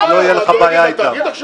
אז לא תהיה לך בעיה אתם.